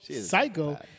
psycho